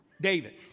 David